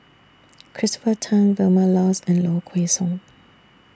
Christopher Tan Vilma Laus and Low Kway Song